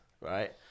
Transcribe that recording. right